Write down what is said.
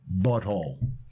butthole